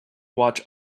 watch